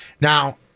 Now